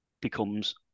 becomes